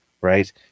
Right